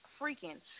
freaking